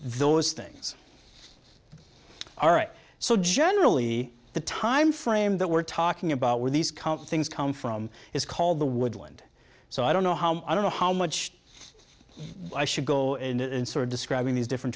those things all right so generally the timeframe that we're talking about where these count things come from is called the woodland so i don't know how i don't know how much i should go and sort of describing these different